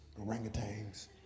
orangutans